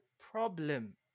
problem